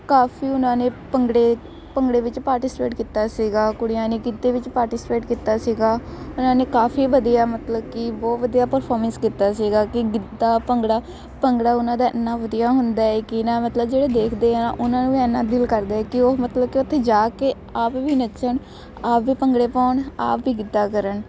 ਕਾਫੀ ਉਹਨਾਂ ਨੇ ਭੰਗੜੇ ਭੰਗੜੇ ਵਿੱਚ ਪਾਰਟੀਸਪੇਟ ਕੀਤਾ ਸੀਗਾ ਕੁੜੀਆਂ ਨੇ ਗਿੱਧੇ ਵਿੱਚ ਪਾਰਟੀਸਪੇਟ ਕੀਤਾ ਸੀਗਾ ਉਹਨਾਂ ਨੇ ਕਾਫੀ ਵਧੀਆ ਮਤਲਬ ਕਿ ਬਹੁਤ ਵਧੀਆ ਪਰਫੋਰਮੈਂਸ ਕੀਤਾ ਸੀਗਾ ਕਿ ਗਿੱਧਾ ਭੰਗੜਾ ਭੰਗੜਾ ਉਹਨਾਂ ਦਾ ਇੰਨਾ ਵਧੀਆ ਹੁੰਦਾ ਹੈ ਕਿ ਨਾ ਮਤਲਬ ਜਿਹੜੇ ਦੇਖਦੇ ਆ ਉਹਨਾਂ ਨੂੰ ਵੀ ਇੰਨਾ ਦਿਲ ਕਰਦਾ ਕਿ ਉਹ ਮਤਲਬ ਕਿ ਉੱਥੇ ਜਾ ਕੇ ਆਪ ਵੀ ਨੱਚਣ ਆਪ ਵੀ ਭੰਗੜੇ ਪਾਉਣ ਆਪ ਹੀ ਗਿੱਧਾ ਕਰਨ